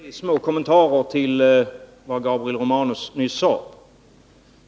Herr talman! Bara tre små kommentarer till vad Gabriel Romanus nyss sade.